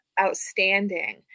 outstanding